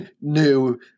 New